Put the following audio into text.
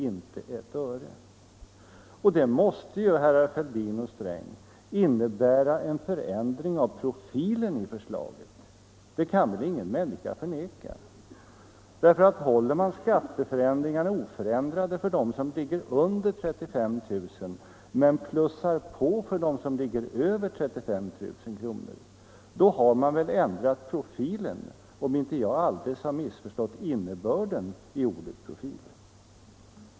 inte ett öre. Det måste, herrar Fälldin och Sträng, innebära en förändring av profilen i förslaget; det kan väl ingen människa förneka. Håller man skatteförändringarna likadana som förut för dem som ligger under 35 000 kr. men plussar på för dem som ligger över 35 000 kr., då har man väl ändrat profilen, om inte jag alldeles har missförstått innebörden i ordet profil.